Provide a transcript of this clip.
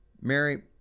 Mary